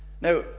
now